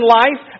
life